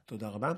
תודה רבה.